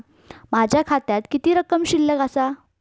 माझ्या खात्यात किती रक्कम शिल्लक आसा?